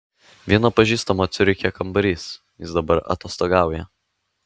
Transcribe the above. vieno pažįstamo ciuriche kambarys jis dabar atostogauja